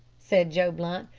said joe blunt,